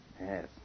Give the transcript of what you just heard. Yes